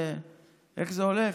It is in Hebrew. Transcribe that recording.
איך זה הולך,